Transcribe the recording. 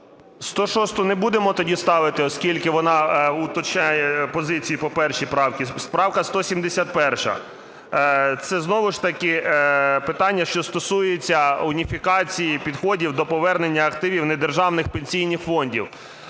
106-у не будемо тоді ставити, оскільки вона уточнює позиції по першій правці. Правка 171-а – це знову ж таки питання, що стосується уніфікації підходів до повернення активів недержавних пенсійних фондів.